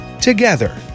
together